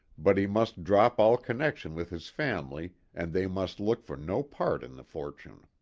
but he must drop all connection with his family and they must look for no part in the fortune.